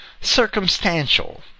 circumstantial